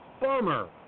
Bummer